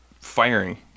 firing